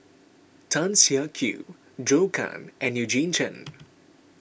Tan Siak Kew Zhou Can and Eugene Chen